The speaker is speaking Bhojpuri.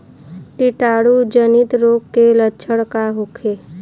कीटाणु जनित रोग के लक्षण का होखे?